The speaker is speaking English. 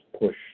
push